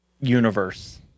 universe